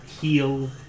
heal